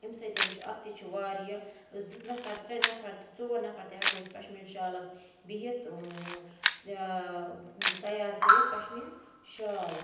اَمہِ سۭتۍ چھُ اَتھ تہِ چھُ واریاہ زٕ نَفَر ترٛےٚ نَفَر تہِ ژور نَفَر تہِ ہٮ۪کو أسۍ پَشمیٖن شالَس بِہِتھ تَیار کٔرِتھ پَشمیٖن شال